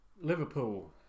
Liverpool